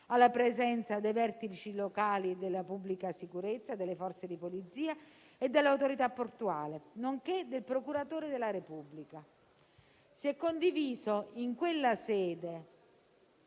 alla presenza dei vertici locali della pubblica sicurezza, delle Forze di polizia e dell'autorità portuale nonché del procuratore della Repubblica. Si è condiviso in quella sede